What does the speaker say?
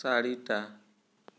চাৰিটা